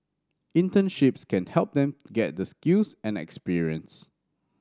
internships can help them get the skills and experience